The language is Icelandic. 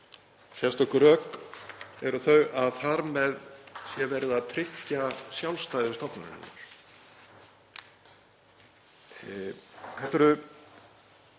Sérstök rök eru þau að þar með sé verið að tryggja sjálfstæði stofnunarinnar.